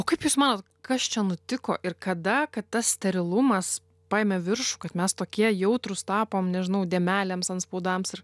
o kaip jūs manot kas čia nutiko ir kada kad tas sterilumas paėmė viršų kad mes tokie jautrūs tapom nežinau dėmelėms antspaudams ir